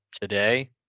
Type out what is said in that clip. today